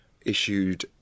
issued